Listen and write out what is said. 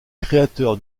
créateur